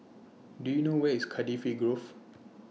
Do YOU know Where IS Cardifi Grove